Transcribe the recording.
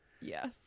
yes